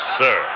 sir